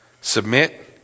submit